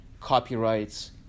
copyrights